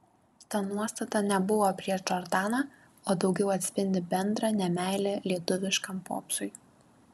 ta nuostata nebuvo prieš džordaną o daugiau atspindi bendrą nemeilę lietuviškam popsui